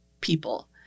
people